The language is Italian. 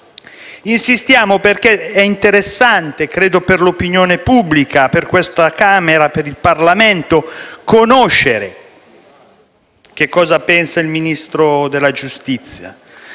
Insistiamo perché è interessante - credo - per l'opinione pubblica, per questa Camera e per il Parlamento sapere cosa pensa il Ministro della giustizia.